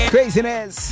Craziness